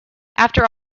after